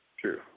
True